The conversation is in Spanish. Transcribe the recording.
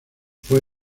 fue